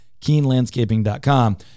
KeenLandscaping.com